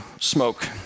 smoke